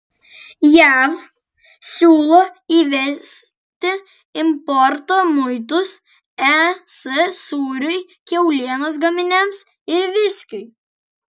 jav siūlo įvesti importo muitus es sūriui kiaulienos gaminiams ir viskiui